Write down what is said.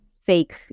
fake